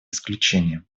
исключением